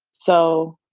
so,